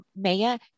Maya